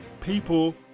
people